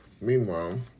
Meanwhile